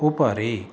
उपरि